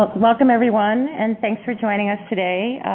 ah welcome, everyone. and thanks for joining us today.